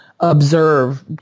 observe